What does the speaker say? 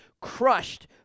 crushed